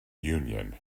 union